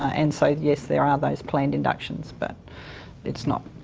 and so yes, there are those planned inductions, but it's not